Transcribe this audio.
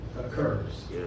occurs